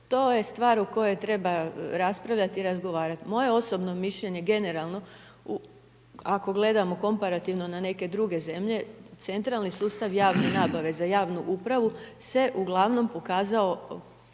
To je stvar o kojoj treba raspravljati i razgovarati. Moje osobno mišljenje generalno ako gledamo komparativno na neke druge zemlje, centralni sustav javne nabave za javnu upravu se uglavnom pokazao